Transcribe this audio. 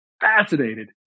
Fascinated